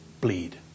bleed